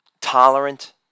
tolerant